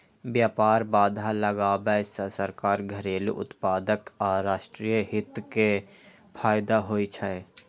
व्यापार बाधा लगाबै सं सरकार, घरेलू उत्पादक आ राष्ट्रीय हित कें फायदा होइ छै